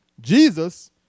Jesus